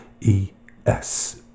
E-S